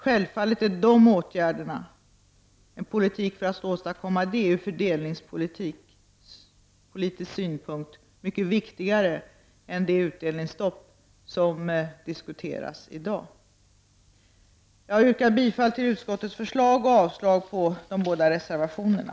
Självfallet är en politik för att åstadkomma detta ur fördelningspolitisk synpunkt mycket viktigare än det utdelningsstopp som diskuteras i dag. Herr talman! Jag yrkar bifall till utskottets förslag och avslag på de båda reservationerna.